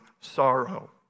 sorrow